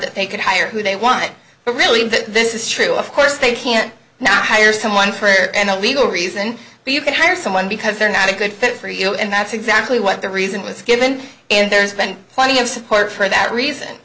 that they could hire who they want but really this is true of course they can not hire someone for an illegal reason but you can hire someone because they're not a good fit for you and that's exactly what the reason was given and there's been plenty of support for that reason